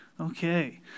Okay